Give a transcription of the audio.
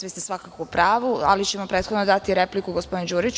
Vi ste svakako u pravu, ali ćemo prethodno dati repliku gospodinu Đuriću.